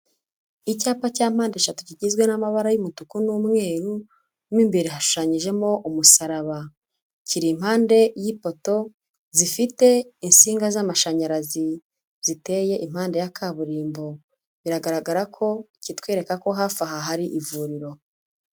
Icyapa cya mpande eshatu kigizwe n'amabara y'umutuku n'umweru, mo imbere hashushanyijemo umusaraba, kiri impande y'ipoto zifite insinga z'amashanyarazi ziteye impande ya kaburimbo, biragaragara ko kitwereka ko hafi aha hari ivuriro.